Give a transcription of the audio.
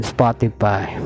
Spotify